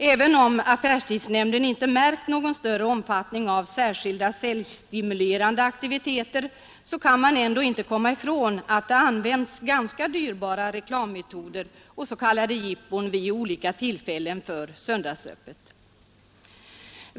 Även om affärstidsnämnden inte märkt någon större omfattning av särskilda säljstimulerande aktiviteter kan man ändå inte komma ifrån att det använts ganska dyrbara reklammetoder och ordnats s.k. jippon vid olika tillfällen av söndagsöppet.